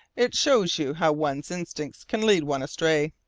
it shows you how one's instincts can lead one astray,